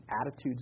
attitudes